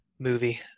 movie